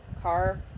car